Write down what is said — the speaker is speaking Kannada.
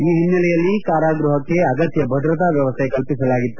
ಈ ಹಿನ್ನೆಲೆಯಲ್ಲಿ ಕಾರಾಗೃಹಕ್ಕೆ ಅಗತ್ಯ ಭದ್ರತಾ ವ್ಯವಸ್ಥೆ ಕಲ್ಪಿಸಲಾಗಿದೆ